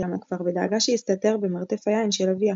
לכפר ודאגה שיסתתר במרתף היין של אביה.